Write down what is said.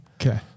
Okay